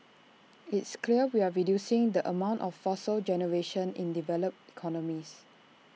it's clear we're reducing the amount of fossil generation in developed economies